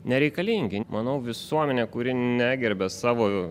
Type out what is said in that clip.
nereikalingi manau visuomenė kuri negerbia savo